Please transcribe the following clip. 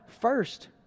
first